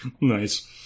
Nice